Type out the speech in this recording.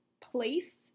place